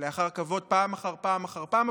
כלאחר כבוד פעם אחר פעם אחר פעם,